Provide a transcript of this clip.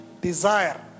desire